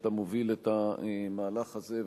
שאתה מוביל את המהלך הזה,